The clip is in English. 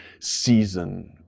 season